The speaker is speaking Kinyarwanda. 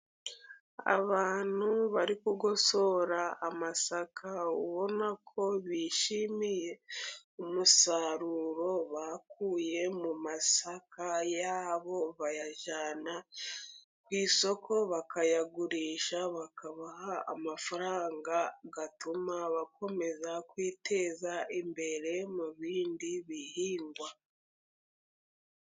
Abantu bari gugosora amasaka, ubona ko bishimiye umusaruro bakuye mu masaka yabo, bayajyana ku isoko bakayagurisha bakabaha amafaranga, atuma bakomeza kwiteza imbere mu bindi bihingwa.